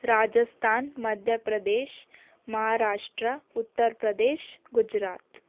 Rajasthan Madhya Pradesh Maharashtra Uttar Pradesh Gujarat